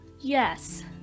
Yes